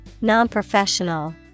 Non-professional